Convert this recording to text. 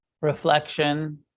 reflection